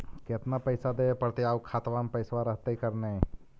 केतना पैसा देबे पड़तै आउ खातबा में पैसबा रहतै करने?